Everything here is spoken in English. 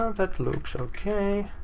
that looks okay.